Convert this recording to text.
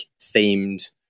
themed